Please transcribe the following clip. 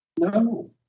No